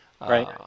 Right